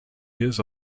years